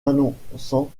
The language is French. annonçant